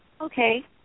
Okay